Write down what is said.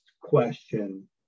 question